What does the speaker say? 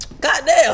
Goddamn